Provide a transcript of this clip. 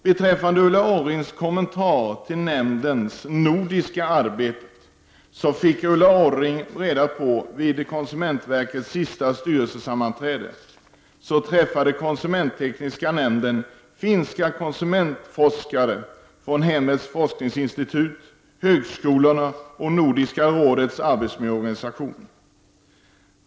Med anledning av Ulla Orrings kommentar till nämndens nordiska arbete vili jag påminna Ulla Orring om att hon vid konsumentverkets senaste styrelsesammanträde fick veta att konsumenttekniska nämnden träffat finska konsumentforskare från Hemmets forskningsinstitut, högskolorna och Nordiska rådets arbetsmiljöorganisation.